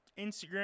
Instagram